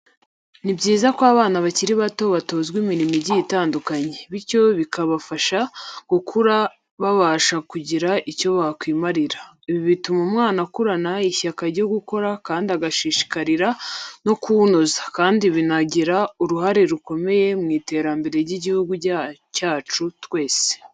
Ni byiza ko abana bakiri bato batozwa imirimo igiye itandukanye, bityo bikabafasha gukura babasha kugira icyo bakwimarira. Ibi bituma umwana akurana ishyaka ryo gukora kandi agashishikarira no kuwunoza. Kandi binagira uruhare rukomeye mu iterambere ry'igihugu cyacu twese.